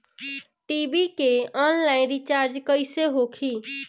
TV के online recharge कैसे होखी?